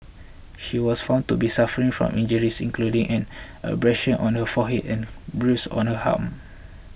she was found to be suffering from injuries including an abrasion on her forehead and a bruise on her arm